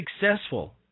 successful